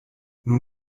nun